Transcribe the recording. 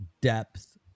depth